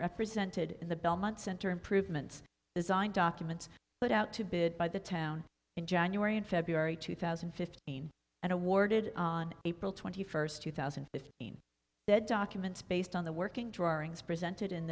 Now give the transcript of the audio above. represented in the belmont center improvements design documents put out to bid by the town in january and february two thousand and fifteen and awarded on april twenty first two thousand and fifteen documents based on the working drawings presented in